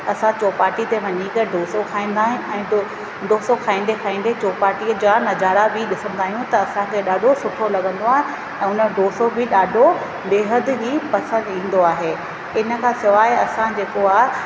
असां चौपाटी ते वञी करे डोसो खाईंदा आहियूं ऐं डोसो खाईंदे खाईंदे चौपाटी जा नज़ारा बि ॾिसंदा आहियूं त असांखे ॾाढो सुठो लॻंदो आहे ऐं उन जो डोसो बि ॾाढो बेहदि ई पसंदि ईंदो आहे इन खां सवाइ असां जेको आहे